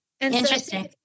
Interesting